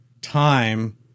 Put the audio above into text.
time